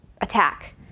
attack